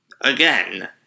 again